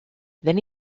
then